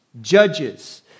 judges